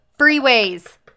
freeways